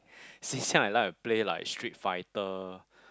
since young I like to play like street fighter